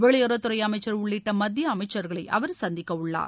வெளியுறவுத் துறை அமைச்சர் உள்ளிட்ட மத்திய அமைச்சர்களை அவர் சந்திக்கவுள்ளார்